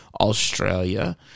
Australia